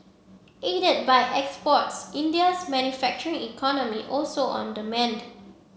aided by exports India's manufacturing economy also on the mend